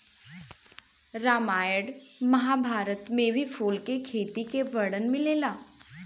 रामायण महाभारत में भी फूल के खेती के वर्णन मिलेला